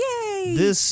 Yay